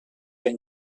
been